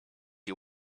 you